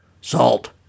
Salt